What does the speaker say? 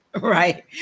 Right